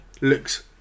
looks